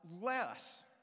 less